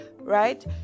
right